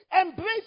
Embrace